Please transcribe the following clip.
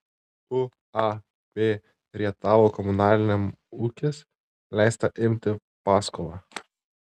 uab rietavo komunaliniam ūkis leista imti paskolą